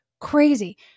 crazy